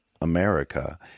America